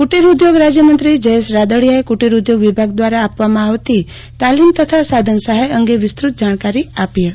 કુટરી ઉદ્યોગ રાજ્યમંત્રી જયેશ રાદડીથાએ કુટીર ઉદ્યોગ વિભાગ દ્વારા આપવામાં આવતી તાલીમ તથા સાધન સહાય અંગે વિસ્તૃત જાણકારી આપી હતી